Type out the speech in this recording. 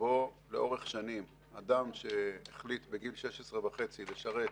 לאורך שנים: אדם שהחליט בגיל 16.5 לשרת